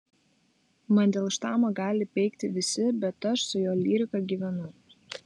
mandelštamą gali peikti visi bet aš su jo lyrika gyvenau